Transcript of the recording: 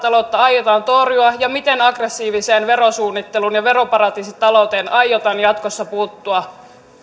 taloutta aiotaan torjua ja miten aggressiiviseen verosuunnitteluun ja veroparatiisitalouteen aiotaan jatkossa puuttua